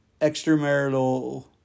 extramarital